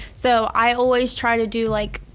so i always try to do, like